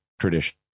tradition